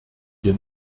hier